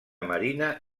marina